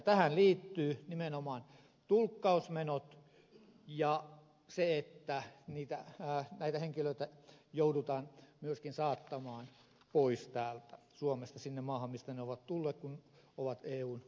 tähän liittyvät nimenomaan tulkkausmenot ja se että näitä henkilöitä joudutaan myöskin saattamaan pois täältä suomesta siihen maahan mistä he ovat tulleet kun ovat eun ulkopuolelta